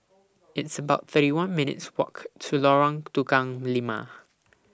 It's about thirty one minutes' Walk to Lorong Tukang Lima